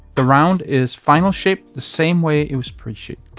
the round is final shaped the same way it was pre-shaped.